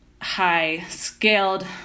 high-scaled